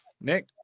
Nick